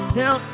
now